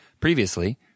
previously